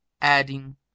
adding